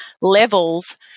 levels